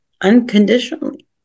unconditionally